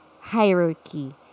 hierarchy